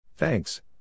Thanks